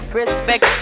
respect